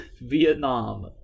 Vietnam